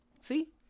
See